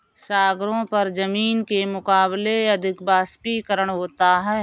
सागरों पर जमीन के मुकाबले अधिक वाष्पीकरण होता है